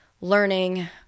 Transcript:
learning